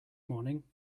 morning